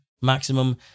maximum